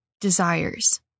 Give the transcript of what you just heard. desires